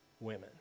women